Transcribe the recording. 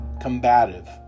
combative